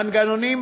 מנגנונים,